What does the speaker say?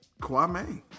Kwame